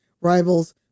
rivals